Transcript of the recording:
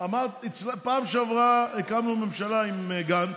בפעם שעברה הקמנו ממשלה עם גנץ,